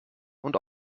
und